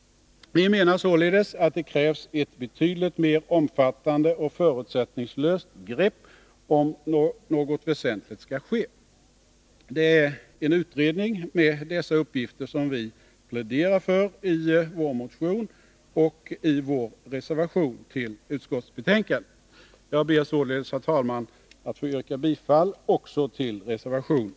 Vi menar således att det krävs ett betydligt mera omfattande och förutsättningslöst grepp, om något väsentligt skall ske. Det är en utredning med dessa uppgifter som vi pläderar för i vår motion och i vår reservation till utskottsbetänkandet. Jag ber således, herr talman, att få yrka bifall också till reservation 9.